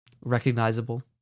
recognizable